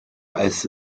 als